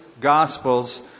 Gospels